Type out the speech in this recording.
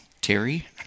Terry